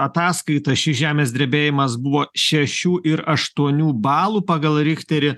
ataskaitą šis žemės drebėjimas buvo šešių ir aštuonių balų pagal richterį